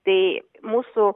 tai mūsų